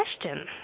question